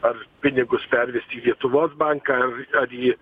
ar pinigus pervesti į lietuvos banką ar į